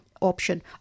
option